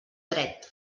dret